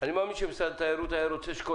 אני מאמין שמשרד התיירות היה רוצה שכל